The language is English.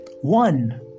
One